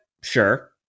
sure